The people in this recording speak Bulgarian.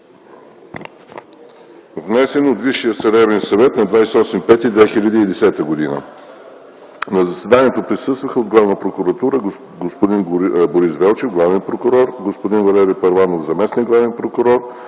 внесен от Висшия съдебен съвет на 28 май 2010 г. На заседанието присъстваха: от Главна прокуратура – господин Борис Велчев – главен прокурор, господин Валери Първанов – заместник-главен прокурор;